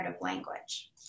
language